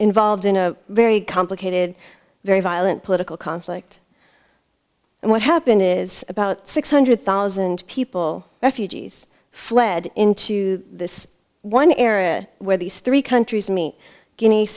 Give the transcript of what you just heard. involved in a very complicated very violent political conflict and what happened is about six hundred thousand people refugees fled into this one area where these three countries me guinea